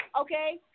okay